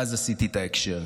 ואז עשיתי את ההקשר.